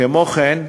כמו כן,